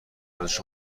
ارزش